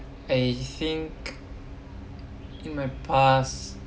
I think in my past